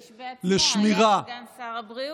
קיש בעצמו היה סגן שר הבריאות,